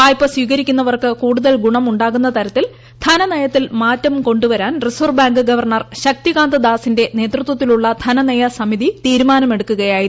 വായ്പ സ്വീകരിക്കുന്നവർക്ക് കൂടുതൽ ഗുണമുണ്ടാക്കുന്ന തരത്തിൽ ധനനയത്തിൽ മാറ്റം കൊണ്ടുവരാൻ റിസർവ് ബാങ്ക് ഗവർണർ ശക്തികാന്തദാസിന്റെ നേതൃത്വത്തിലുള്ള ധനനയ സമിതി തീരുമാനമെടുക്കുകയായിരുന്നു